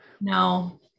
No